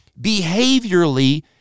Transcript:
Behaviorally